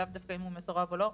לאו דווקא אם הוא מסורב או לא,